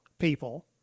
people